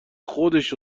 خودش